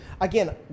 again